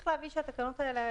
צריך להבין שהתקנות האלה,